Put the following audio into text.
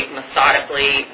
methodically